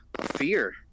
fear